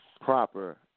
proper